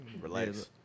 Relax